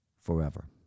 forever